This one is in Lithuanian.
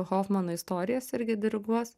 hofmano istorijas irgi diriguos